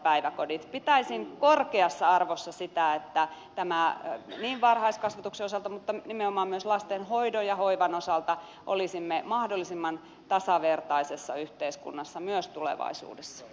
pitäisin korkeassa arvossa sitä että varhaiskasvatuksen osalta mutta nimenomaan myös lasten hoidon ja hoivan osalta olisimme mahdollisimman tasavertaisessa yhteiskunnassa myös tulevaisuudessa